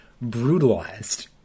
brutalized